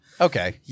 okay